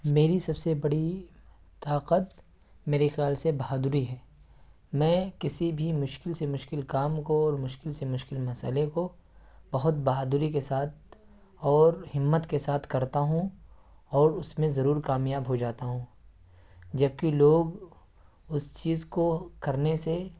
میری سب سے بڑی طاقت میرے خیال سے بہادری ہے میں کسی بھی مشکل سے مشکل کام کو اور مشکل سے مشکل مسئلے کو بہت بہادری کے ساتھ اور ہمت کے ساتھ کرتا ہوں اور اس میں ضرور کامیاب ہو جاتا ہوں جب کہ لوگ اس چیز کو کرنے سے